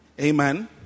Amen